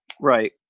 Right